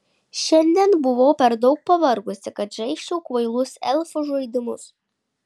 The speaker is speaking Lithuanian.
šiandien buvau per daug pavargusi kad žaisčiau kvailus elfų žaidimus